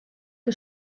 que